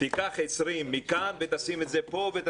קח 20 מכאן ושים את זה פה.